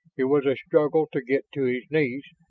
it was a struggle to get to his knees,